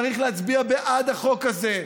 צריך להצביע בעד החוק הזה.